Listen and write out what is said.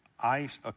ice